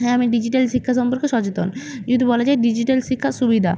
হ্যাঁ আমি ডিজিটাল শিক্ষা সম্পর্কে সচেতন যদি বলা যায় ডিজিটাল শিক্ষার সুবিধা